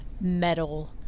metal